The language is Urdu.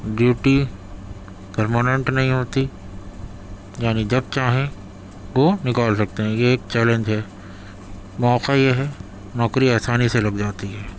ڈیوٹی پرماننٹ نہیں ہوتی یعنی جب چاہیں کو نکال سکتے ہیں یہ ایک چیلنج ہے موقع یہ ہے نوکری آسانی سے لگ جاتی ہے